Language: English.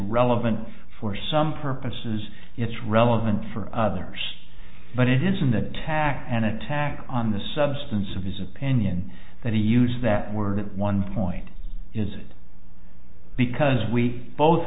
irrelevant for some purposes it's relevant for others but it isn't the tack an attack on the substance of his opinion that he used that word at one point is it because we both